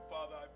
Father